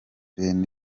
ben